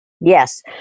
Yes